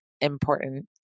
important